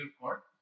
court